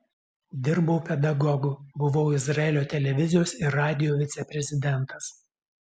dirbau pedagogu buvau izraelio televizijos ir radijo viceprezidentas